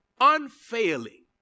Unfailing